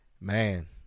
man